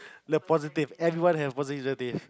the positive everyone has positive adjectives